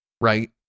right